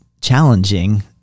challenging